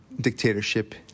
dictatorship